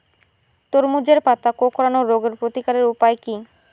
তরমুজের পাতা কোঁকড়ানো রোগের প্রতিকারের উপায় কী?